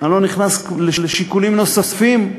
אני לא נכנס לשיקולים נוספים,